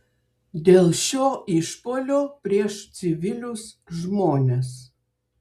dėl šio išpuolio prieš civilius žmones